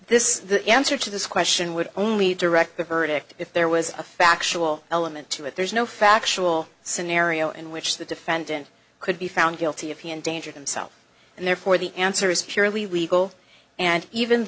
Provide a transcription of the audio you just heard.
this the answer to this question would only direct the verdict if there was a factual element to it there's no factual scenario in which the defendant could be found guilty if he endangered himself and therefore the answer is purely legal and even